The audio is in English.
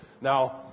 Now